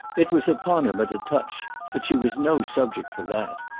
it was upon him at a touch that she was no subject for that,